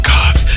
Cause